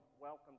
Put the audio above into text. welcome